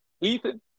Ethan